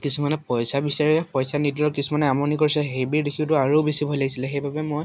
কিছুমানে পইচা বিচাৰে পইচা নিদিলেও কিছুমানে আমনি কৰিছে সেইবোৰ দেখিটো আৰু বেছি ভয় লাগিছিলে সেইবাবে মই